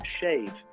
shave